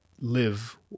live